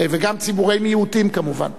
וגם ציבורי מיעוטים כמובן.